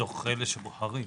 מתוך אלה שבוחרים.